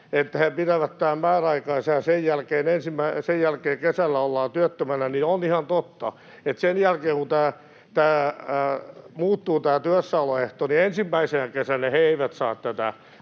että he pitävät tämän määräaikaisena ja sen jälkeen kesällä ollaan työttömänä, niin on ihan totta, että sen jälkeen, kun tämä työssäoloehto muuttuu, niin ensimmäisenä kesänä he eivät saa tätä